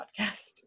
podcast